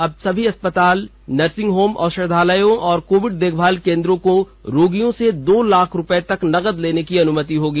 अब सभी अस्पतालों नर्सिंग होम औषधालयों और कोविड देखभाल केन्द्रों को रोगियों से दो लाख रुपये तक नकद लेने की अनुमति होगी